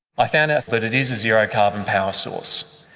i found out that it is a zero-carbon power source.